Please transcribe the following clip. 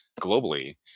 globally